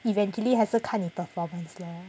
eventually 还是看你 performance lor